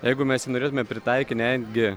jeigu mes jį norėtume pritaikyt netgi